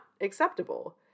acceptable